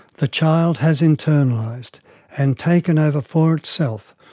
the child has internalized and taken over for itself,